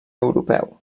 europeu